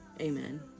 amen